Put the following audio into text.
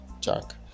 Jack